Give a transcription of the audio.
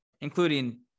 including